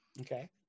okay